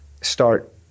start